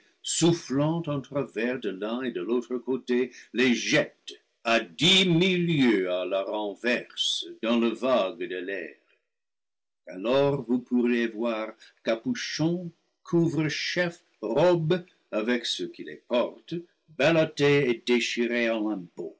soufflant en travers de l'un et de l'autre côté les jette à dix mille lieues à la renverse dans le vague de l'air alors vous pourriez voir capuchons couvre chefs robes avec ceux qui les portent ballottés et déchirés